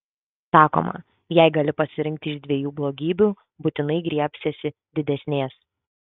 sakoma jei gali pasirinkti iš dviejų blogybių būtinai griebsiesi didesnės